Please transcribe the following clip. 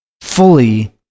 fully